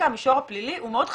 המישור הפלילי הוא מאוד חשוב.